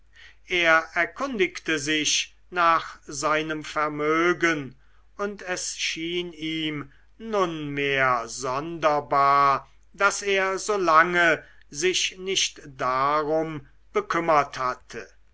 er erkundigte sich nach seinem vermögen und es schien ihm nunmehr sonderbar daß er so lange sich nicht darum bekümmert hatte